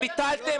שביטלתם.